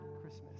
christmas